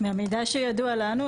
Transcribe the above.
מהמידע שידוע לנו,